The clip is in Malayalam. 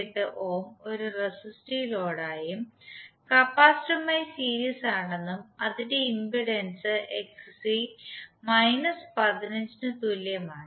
98 ഓം ഒരു റെസിസ്റ്റീവ് ലോഡായും കപ്പാസിറ്ററുമായി സീരീസ് ആണെന്നും അതിന്റെ ഇംപെഡൻസ് എക്സ് സി 15 ന് തുല്യമാണ്